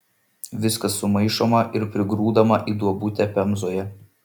viskas sumaišoma ir prigrūdama į duobutę pemzoje